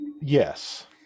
yes